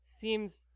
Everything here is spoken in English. seems